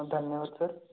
धन्यवाद सर